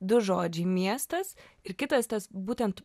du žodžiai miestas ir kitas tas būtent